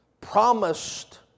promised